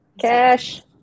Cash